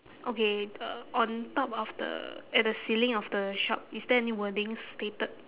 okay the on top of the at the ceiling of the shop is there any wordings stated